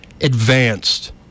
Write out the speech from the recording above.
advanced